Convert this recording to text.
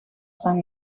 san